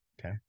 Okay